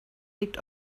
liegt